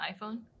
iphone